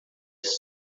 essa